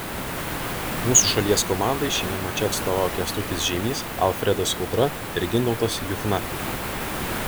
mūsų šalies komandai šiame mače atstovavo kęstutis žeimys alfredas udra ir gintautas juchna